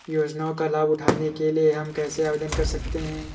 योजनाओं का लाभ उठाने के लिए हम कैसे आवेदन कर सकते हैं?